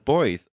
Boys